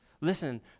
Listen